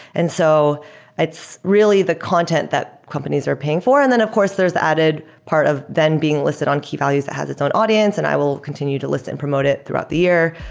and so it's really the content that companies are paying for. and then of course there's the added part of then being listed on key values that has its own audience and i will continue to list and promote it throughout the year.